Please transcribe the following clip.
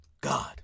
God